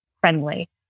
friendly